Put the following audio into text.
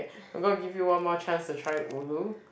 okay I'm gonna give you one more chance to try ulu